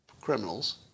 criminals